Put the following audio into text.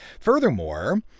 furthermore